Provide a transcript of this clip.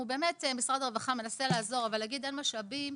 משרד הרווחה מנסה לעזור אבל להגיד אין משאבים,